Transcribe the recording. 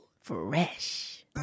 Fresh